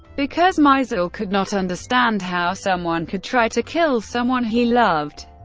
because maisel could not understand how someone could try to kill someone he loved.